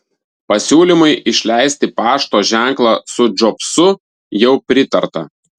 pasiūlymui išleisti pašto ženklą su džobsu jau pritarta